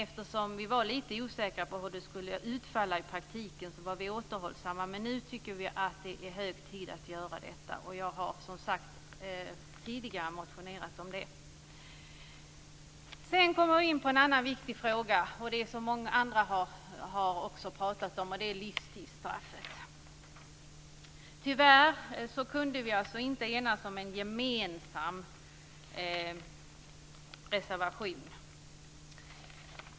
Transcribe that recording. Eftersom vi var lite osäkra på hur det skulle utfalla i praktiken var vi återhållsamma, men nu tycker vi att det är hög tid att göra detta, och jag har som sagt tidigare motionerat om det. Sedan kommer vi in på en annan viktig fråga som många andra också har pratat om, och det är livstidsstraffet. Tyvärr kunde vi alltså inte enas om en gemensam reservation.